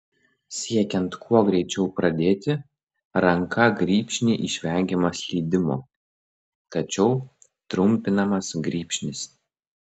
siekiant kuo greičiau pradėti ranka grybšnį išvengiama slydimo tačiau trumpinamas grybšnis